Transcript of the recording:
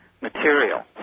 material